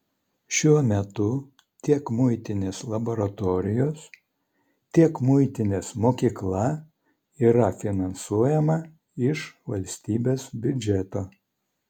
šiuo metu tiek muitinės laboratorijos tiek muitinės mokykla yra finansuojama iš valstybės biudžeto